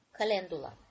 calendula